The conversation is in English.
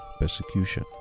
persecution